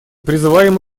призываем